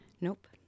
Nope